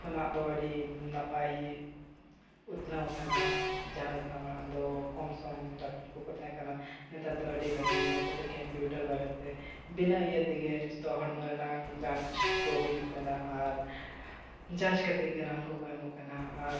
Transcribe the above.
ᱠᱷᱚᱱᱟᱜ ᱫᱚ ᱟᱹᱰᱤ ᱱᱟᱯᱟᱭ ᱩᱛᱱᱟᱹᱣ ᱟᱠᱟᱱᱟ ᱡᱟᱦᱟᱸ ᱞᱮᱠᱟ ᱢᱟᱲᱟᱝ ᱫᱚ ᱠᱚᱢᱥᱚᱢ ᱰᱟᱠᱴᱚᱨ ᱠᱚᱠᱚ ᱛᱟᱦᱮᱸ ᱠᱟᱱᱟ ᱱᱮᱛᱟᱨ ᱫᱚ ᱟᱹᱰᱤ ᱵᱷᱟᱜᱮ ᱱᱮᱛᱟᱨ ᱫᱚ ᱵᱟᱨᱮᱛᱮ ᱵᱤᱱᱟᱹ ᱤᱭᱟᱹ ᱛᱮᱜᱮ ᱡᱚᱛᱚ ᱦᱚᱲᱢᱚ ᱨᱮᱱᱟᱜ ᱡᱟᱸᱪ ᱠᱚ ᱦᱩᱭᱩᱜ ᱠᱟᱱᱟ ᱟᱨ ᱡᱟᱸᱪ ᱠᱟᱛᱮᱫ ᱜᱮ ᱨᱟᱱ ᱠᱚᱠᱚ ᱮᱢᱚᱜ ᱠᱟᱱᱟ ᱟᱨ